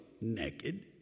naked